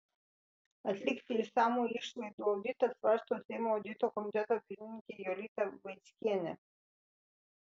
atlikti išsamų išlaidų auditą svarsto seimo audito komiteto pirmininkė jolita vaickienė